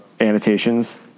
annotations